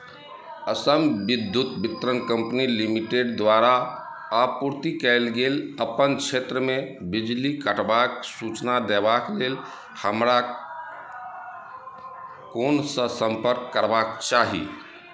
Assam Vidyut Vitaran company limited द्वारा आपूर्ति कयल गेल अपन क्षेत्रमे बिजली कटबाक सूचना देबाक लेल हमरा कोनसँ सम्पर्क करबाक चाही